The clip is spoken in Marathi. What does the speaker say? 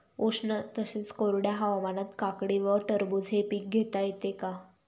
उष्ण तसेच कोरड्या हवामानात काकडी व टरबूज हे पीक घेता येते का?